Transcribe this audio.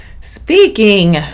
speaking